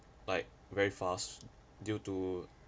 like very fast due to